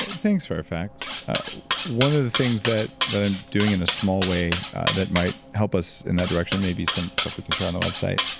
thanks, fairfax. one of the things that that i'm doing in a small way that might help us in that direction maybe some stuff we can try on the website,